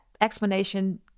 explanation